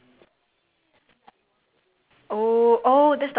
no you didn't tell me the incident you just told me that the dress doesn't really look good on you